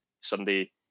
sunday